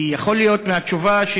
כי יכול להיות שיובן